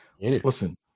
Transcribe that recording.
Listen